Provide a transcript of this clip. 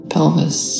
Pelvis